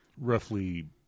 roughly